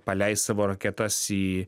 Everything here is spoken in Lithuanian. paleis savo raketas į